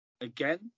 again